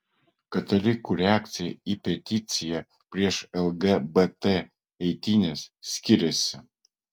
katalikų reakcija į peticiją prieš lgbt eitynes skiriasi